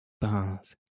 bars